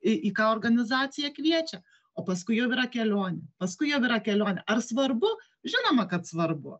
į ką organizacija kviečia o paskui jau yra kelionė paskui jau yra kelionė ar svarbu žinoma kad svarbu